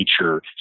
nature